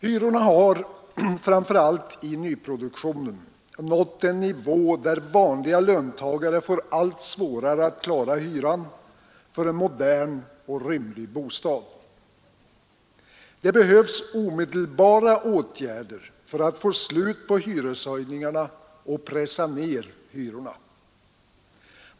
Hyrorna har, framför allt i nyproduktionen, nått en nivå där vanliga löntagare får allt svårare att klara hyran för en modern och rymlig bostad. Det behövs omedelbara åtgärder för att få slut på hyreshöjningarna och pressa ned hyrorna.